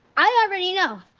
i already know.